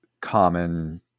common